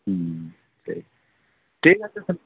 ᱴᱷᱤᱠ ᱴᱷᱤᱠ ᱟᱪᱪᱷᱮ ᱛᱟᱦᱚᱞᱮ